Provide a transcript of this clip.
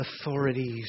authorities